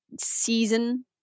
season